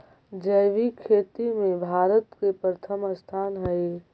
जैविक खेती में भारत के प्रथम स्थान हई